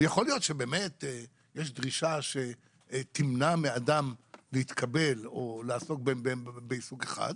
יכול להיות שבאמת יש דרישה שתמנע מאדם להתקבל או לעסוק בעיסוק אחד,